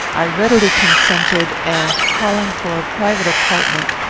i readily consented, and, calling for a private apartment,